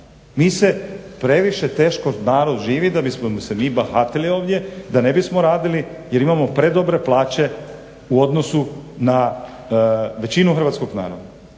Mi se previše teško narod živi da bismo se mi bahatili ovdje da ne bismo radili jer imamo predobre plaće u odnosu na većinu hrvatskog naroda